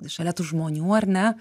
šalia tų žmonių ar ne